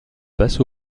passe